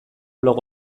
blog